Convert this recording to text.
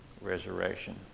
resurrection